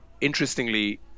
interestingly